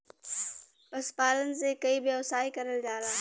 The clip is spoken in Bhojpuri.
पशुपालन से कई व्यवसाय करल जाला